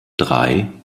drei